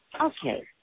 Okay